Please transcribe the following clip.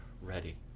ready